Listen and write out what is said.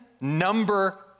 number